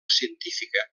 científica